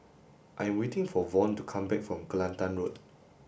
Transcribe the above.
I am waiting for Von to come back from Kelantan Road